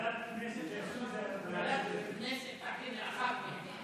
ועדת הכנסת תחליט על אחת מהן.